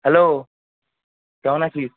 hello কেমন আছিস